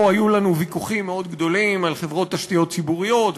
פה היו לנו ויכוחים מאוד גדולים על חברות תשתיות ציבוריות,